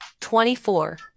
24